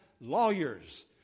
lawyers